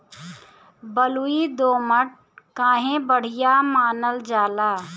बलुई दोमट काहे बढ़िया मानल जाला?